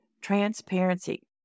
transparency